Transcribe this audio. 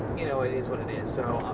you know it is what it is. so,